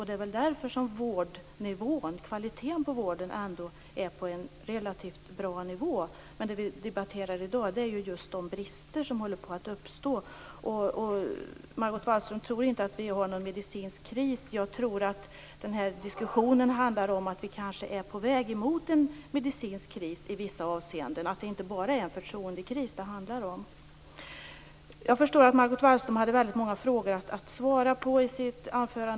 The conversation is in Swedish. Det är väl därför som kvaliteten i vården ändå ligger på en relativt bra nivå. I dag diskuterar vi dock de brister som håller på att uppstå. Margot Wallström tror inte att vi har någon medicinsk kris. Själv tror jag att den här diskussionen handlar om att vi i vissa avseenden är på väg mot en medicinsk kris. Det handlar alltså inte bara om en förtroendekris. Jag förstår att Margot Wallström hade väldigt många frågor att svara på i sitt inlägg.